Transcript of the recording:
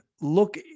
Look